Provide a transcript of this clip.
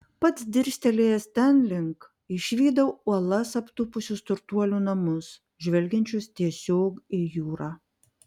pats dirstelėjęs ten link išvydau uolas aptūpusius turtuolių namus žvelgiančius tiesiog į jūrą